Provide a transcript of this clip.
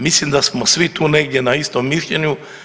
Mislim da smo svi tu negdje na istom mišljenju.